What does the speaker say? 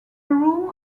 rooms